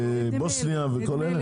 בבוסניה וכל אלה?